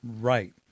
right